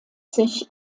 sich